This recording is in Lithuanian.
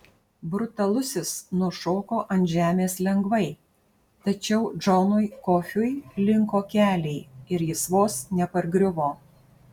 brutalusis nušoko ant žemės lengvai tačiau džonui kofiui linko keliai ir jis vos nepargriuvo